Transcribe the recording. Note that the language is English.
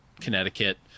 Connecticut